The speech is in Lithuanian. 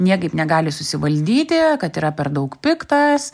niekaip negali susivaldyti kad yra per daug piktas